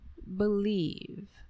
believe